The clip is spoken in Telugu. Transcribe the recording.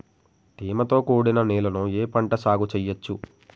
తేమతో కూడిన నేలలో ఏ పంట సాగు చేయచ్చు?